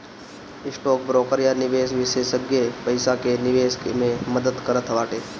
stock broker या निवेश विषेशज्ञ पईसा के निवेश मे मदद करत बाटे